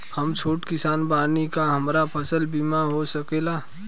हम छोट किसान बानी का हमरा फसल बीमा हो सकेला?